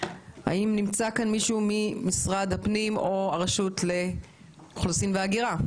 האם נמצא כאן מישהו ממשרד הפנים או הרשות לאוכלוסין והגירה?